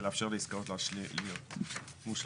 כדי לאפשר לעסקאות להיות מושלמות.